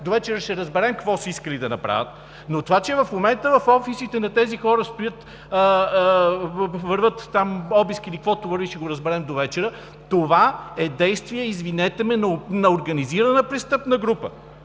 довечера ще разберем какво са искали да направят, но това, че в момента в офисите на тези хора вървят обиски или каквото върви, ще го разберем довечера. Това е действие, извинете ме, на организирана престъпна група.